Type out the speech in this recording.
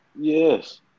Yes